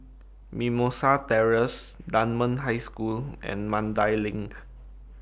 Mimosa Terrace Dunman High School and Mandai LINK